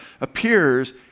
appears